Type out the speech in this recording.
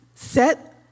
set